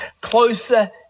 closer